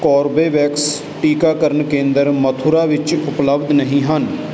Corbevax ਟੀਕਾਕਰਨ ਕੇਂਦਰ ਮਥੁਰਾ ਵਿੱਚ ਉਪਲਬਧ ਨਹੀਂ ਹਨ